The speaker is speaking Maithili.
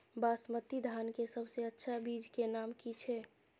बासमती धान के सबसे अच्छा बीज के नाम की छे?